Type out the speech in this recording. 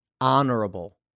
honorable